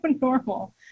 normal